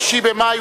5 במאי,